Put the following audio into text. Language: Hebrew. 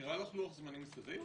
זה נראה לך לוח זמנים סביר?